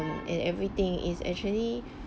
and everything is actually